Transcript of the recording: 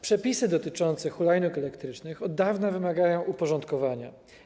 Przepisy dotyczące hulajnóg elektrycznych od dawna wymagają uporządkowania.